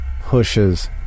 pushes